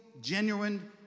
genuine